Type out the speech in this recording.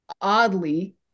oddly